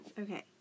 Okay